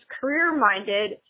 career-minded